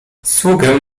sługę